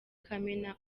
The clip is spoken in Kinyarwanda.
kamena